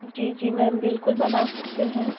जी जी मैम बिल्कुल बना सकते हैं